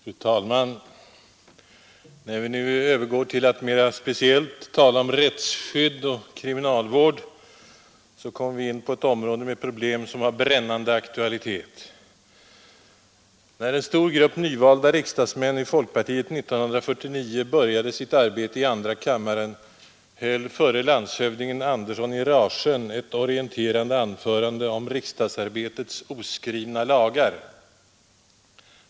Fru talman! Då vi nu övergår till att mera speciellt uppehålla oss vid frågan om rättsskydd och kriminalvård, kommer vi in på ett område med problem, som har brännande aktualitet. När en stor grupp nyvalda riksdagsmän ur folkpartiet 1949 började sitt arbete i andra kammaren, höll förre landshövdingen Andersson i Rasjön ett orienterande anförande om ”riksdagsarbetets oskrivna lagar”.